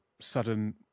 sudden